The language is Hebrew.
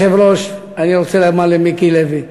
אדוני היושב-ראש, אני רוצה לומר למיקי לוי.